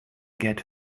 get